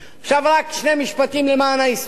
רק שני משפטים למען ההיסטוריה,